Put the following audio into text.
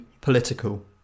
political